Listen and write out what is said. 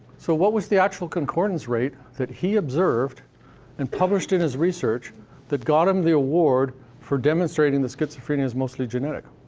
so what was the actual concordance rate that he observed and published in his research that got him the award for demonstrating that schizophrenia is mostly genetic?